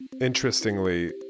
interestingly